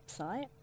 website